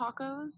Tacos